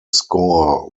score